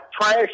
trash